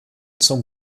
zum